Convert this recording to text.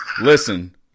listen